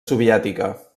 soviètica